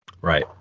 Right